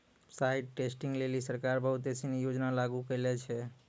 site testing लेलि सरकार बहुत सिनी योजना लागू करलें छै